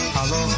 Hello